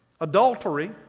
adultery